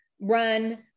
run